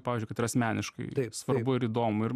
pavyzdžiui kad ir asmeniškai svarbu ir įdomu ir